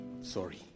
Sorry